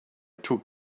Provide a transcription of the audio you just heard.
took